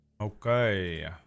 Okay